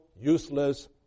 useless